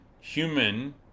human